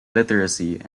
literacy